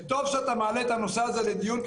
וטוב שאתה מעלה את הנושא הזה לדיון כי